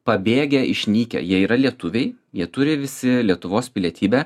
pabėgę išnykę jie yra lietuviai jie turi visi lietuvos pilietybę